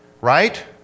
right